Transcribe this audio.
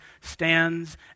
stands